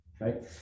right